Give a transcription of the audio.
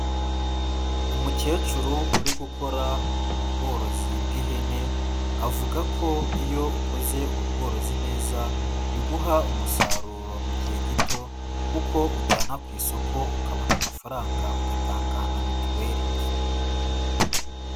Umukecuru uri gukora ubworozi bw'ihene, avuga ko iyo ukoze ubu bworozi neza, biguha umusaruro mu gihe gito kuko ujyana ku isoko ukabona amafaranga, ugatanga na mituweri.